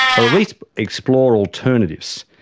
or at least explore alternatives.